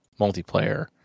multiplayer